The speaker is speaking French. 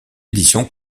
édition